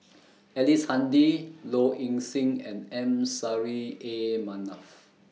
Ellice Handy Low Ing Sing and M Saffri A Manaf